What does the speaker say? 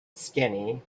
skinny